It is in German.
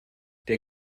der